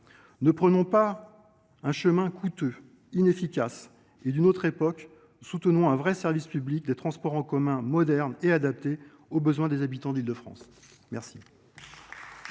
Ne prenons pas un chemin coûteux, inefficace et d’une autre époque. Soutenons un vrai service public des transports en commun, moderne et adapté aux besoins des habitants d’Île de France. La